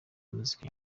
muzika